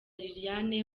liliane